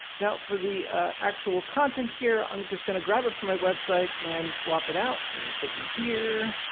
now for the actual content here. i'm just going to grab it from my website and swap it out. so clicking here